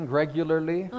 regularly